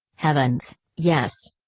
heavens, yes.